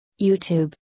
YouTube